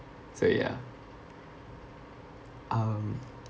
so ya um